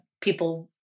people